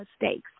mistakes